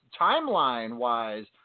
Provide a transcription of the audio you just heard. timeline-wise